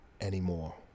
anymore